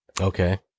Okay